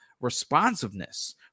responsiveness